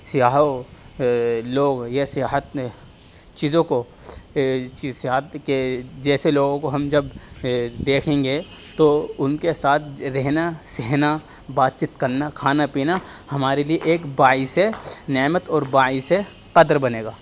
سیاحوں لوگ یا سیاحت نے چیزوں کو سیاحت کے جیسے لوگوں کو ہم جب دیکھیں گے تو ان کے ساتھ رہنا سہنا بات چیت کرنا کھانا پینا ہمارے لیے ایک باعث نعمت اور باعث قدر بنے گا